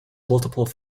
multiple